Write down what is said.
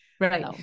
Right